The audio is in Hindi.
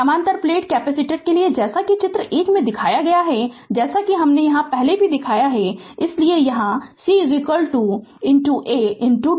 समानांतर प्लेट कैपेसिटर के लिए जैसा कि चित्र 1 में दिखाया गया है जैसा कि हमने पहले ही दिखाया है इसलिए C A d